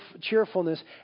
cheerfulness